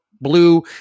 blue